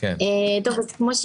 כבוד היושב-ראש.